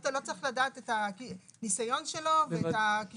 אתה לא צריך לדעת את הניסיון שלו ואת -- נעה,